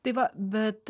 tai va bet